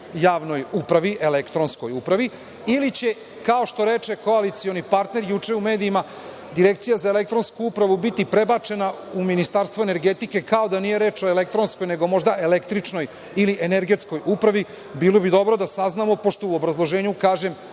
javnoj upravi, elektronskoj upravi ili će, kao što reče koalicioni partner juče u medijima, Direkcija za elektronsku upravu biti prebačena u Ministarstvo energetike kao da nije reč o elektronskoj, nego možda električnoj ili energetskoj upravi. Bilo bi dobro da saznamo, pošto u obrazloženju o tome